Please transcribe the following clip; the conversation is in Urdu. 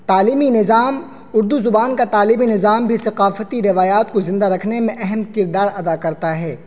تعلیمی نظام اردو زبان کا تعلیمی نظام بھی ثقافتی روایات کو زندہ رکھنے میں اہم کردار ادا کرتا ہے